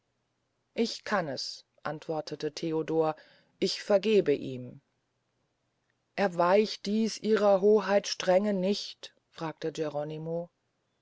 ich kann es antwortete theodor ich vergeb ihm erweicht dies ihrer hoheit strenge nicht fragte geronimo